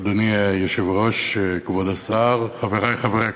אדוני היושב-ראש, כבוד השר, חברי חברי הכנסת,